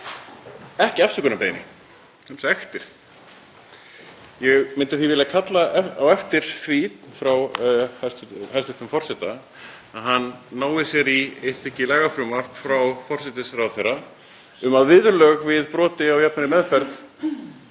ekki afsökunarbeiðni heldur sektir. Ég myndi því vilja kalla eftir því frá hæstv. forseta að hann nái sér í eitt stykki lagafrumvarp frá forsætisráðherra um að viðurlög við broti á jafnri meðferð